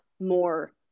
more